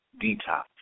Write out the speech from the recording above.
detox